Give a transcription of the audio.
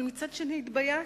אבל מצד שני, התביישתי.